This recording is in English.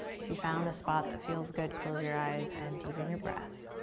if you found a spot that feels good, close your eyes and deepen your breath.